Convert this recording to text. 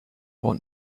want